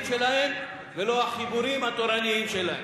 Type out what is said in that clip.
שלהם ולא החיבורים התורניים שלהם.